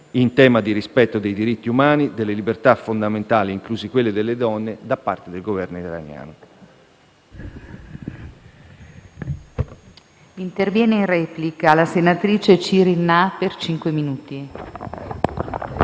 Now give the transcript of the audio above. in tema di rispetto dei diritti umani e delle libertà fondamentali, inclusi quelli delle donne, da parte del Governo iraniano.